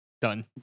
done